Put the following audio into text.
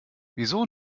wieso